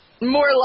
more